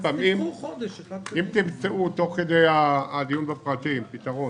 אם תמצאו תוך כדי הדיון בפרטים פתרון